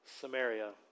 Samaria